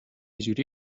جوری